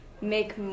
make